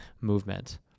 movement